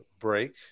break